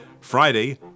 Friday